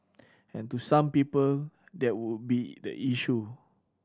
and to some people that would be the issue